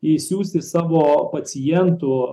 išsiųsti savo pacientų